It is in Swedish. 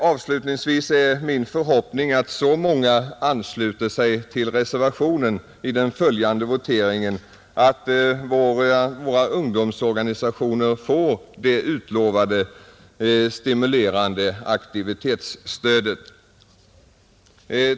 Min främsta förhoppning är dock att så många ansluter sig till reservationen i den följande voteringen, att våra ungdomsgrupper får det utlovade stimulerande aktivitetsstödet.